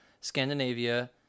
Scandinavia